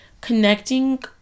connecting